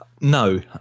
No